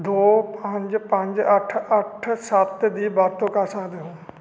ਦੋ ਪੰਜ ਪੰਜ ਅੱਠ ਅੱਠ ਸੱਤ ਦੀ ਵਰਤੋਂ ਕਰ ਸਕਦੇ ਹੋ